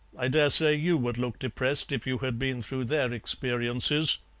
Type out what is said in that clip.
i dare say you would look depressed if you had been through their experiences.